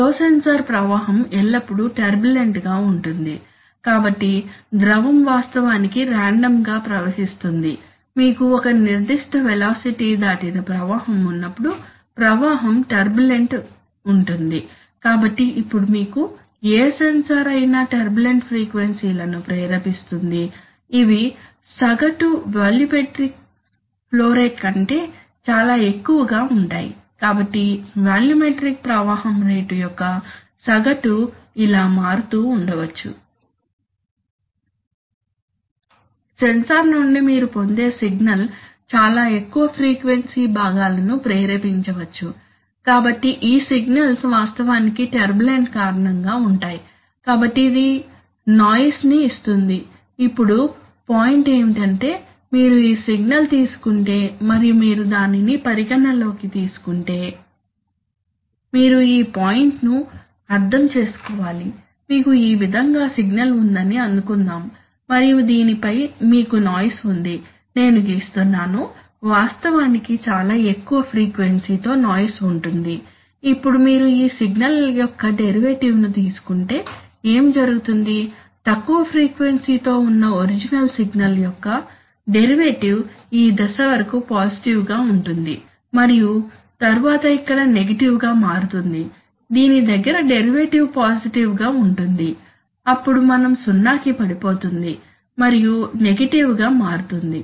flow sensor ప్రవాహం ఎల్లప్పుడూ turbulent గా ఉంటుంది కాబట్టి ద్రవం వాస్తవానికి రాండమ్ గా ప్రవహిస్తుంది మీకు ఒక నిర్దిష్ట వెలాసిటీ దాటిన ప్రవాహం ఉన్నప్పుడు ప్రవాహం టర్బ్యులెంట్ ఉంటుంది కాబట్టి ఇప్పుడు మీకు ఏ సెన్సార్ అయినా టర్బ్యులెంట్ ఫ్రీక్వెన్సీ లను ప్రేరేపిస్తుంది ఇవి సగటు వాల్యూమెట్రిక్ ఫ్లో రేట్ కంటే చాలా ఎక్కువగా ఉంటాయి కాబట్టి వాల్యూమెట్రిక్ ప్రవాహం రేటు యొక్క సగటు ఇలా మారుతూ ఉండవచ్చు సెన్సార్ నుండి మీరు పొందే సిగ్నల్ చాలా ఎక్కువ ఫ్రీక్వెన్సీ భాగాలను ప్రేరేపించవచ్చు కాబట్టి ఈ సిగ్నల్స్ వాస్తవానికి టర్బ్యులెంట్ కారణంగా ఉంటాయి కాబట్టి ఇది నాయిస్ ని ఇస్తుంది ఇప్పుడు పాయింట్ ఏమిటంటే మీరు ఈ సిగ్నల్ తీసుకుంటే మరియు మీరు దానిని పరిగణనలోకి తీసుకుంటే మీరు ఈ పాయింట్ ను అర్థం చేసుకోవాలి మీకు ఈ విధంగా సిగ్నల్ ఉందని అనుకుందాం మరియు దీనిపై మీకు నాయిస్ ఉంది నేను గీస్తున్నాను వాస్తవానికి చాలా ఎక్కువ ఫ్రీక్వెన్సీ తో నాయిస్ ఉంటుంది ఇప్పుడు మీరు ఈ సిగ్నల్ యొక్క డెరివేటివ్ ను తీసుకుంటే ఏమి జరుగుతుంది తక్కువ ఫ్రీక్వెన్సీ తో ఉన్న ఒరిజినల్ సిగ్నల్ యొక్క డెరివేటివ్ ఈ దశ వరకు పాజిటివ్ గా ఉంటుంది మరియు తరువాత ఇక్కడ నెగటివ్ గా మారుతుంది దీని దగ్గర డెరివేటివ్ పాజిటివ్ గా ఉంటుంది అప్పుడు మనం సున్నాకి పడిపోతుంది మరియు నెగటివ్ గా మారుతుంది